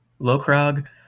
Lokrog